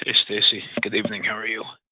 ah stacey. good evening. how are you?